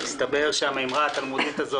מסתבר שהאמירה התלמודית הזו,